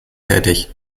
tätig